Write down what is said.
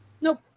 nope